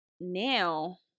Now